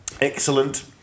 Excellent